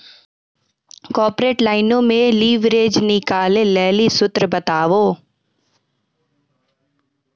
corporate लाइनो मे leverage निकालै लेली सूत्र बताबो